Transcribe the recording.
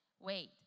wait